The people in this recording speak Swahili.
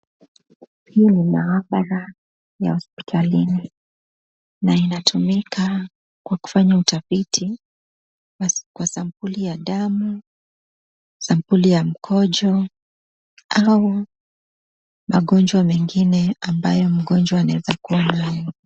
Hii ni maabara ya hospitalini, na inatumika kwa kufanya utafiti kwa sampuli ya damu, sampuli ya mkojo au magonjwa mengine mgonjwa anaeza kuwa nayo.